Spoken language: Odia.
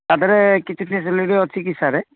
ତା ଦେହରେ କିଛି ଫେସିଲିଟି ଅଛି କି ସାର୍